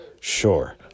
Sure